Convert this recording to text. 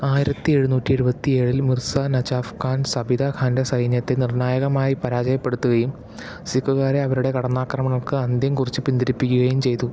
ആയിരത്തി എഴുന്നൂറ്റി എഴുപത്തി ഏഴിൽ മിർസ നജാഫ് ഖാൻ സബിത ഖാൻ്റെ സൈന്യത്തെ നിർണ്ണായകമായി പരാജയപ്പെടുത്തുകയും സിഖുകാരെ അവരുടെ കടന്നാക്രമണങ്ങൾക്ക് അന്ത്യം കുറിച്ച് പിന്തിരിപ്പിക്കുകയും ചെയ്തു